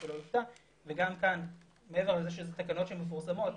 גם כאן, מעבר לכך אלה תקנות שמפורסמות,